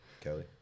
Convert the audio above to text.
Kelly